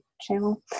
channel